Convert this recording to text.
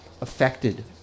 affected